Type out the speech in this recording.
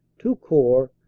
to corps,